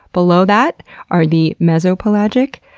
below that are the mesopelagic,